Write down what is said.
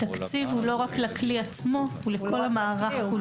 התקציב הוא לא רק לכלי עצמו אלא הוא לכל המערך כולו.